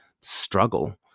struggle